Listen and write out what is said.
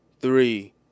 three